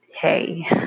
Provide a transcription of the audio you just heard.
hey